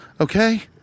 okay